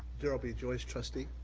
darrell b. joyce, trustee.